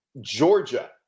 Georgia